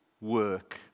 work